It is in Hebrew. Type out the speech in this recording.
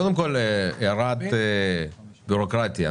קודם כל הערת ביורוקרטיה,